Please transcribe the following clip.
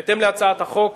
בהתאם להצעת החוק,